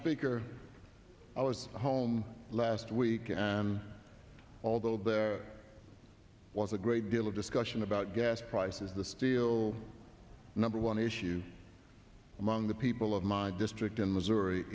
speaker i was home last week and although there was a great deal of discussion about gas prices the still number one issue among the people of my district in missouri